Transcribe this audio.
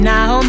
Now